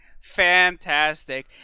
fantastic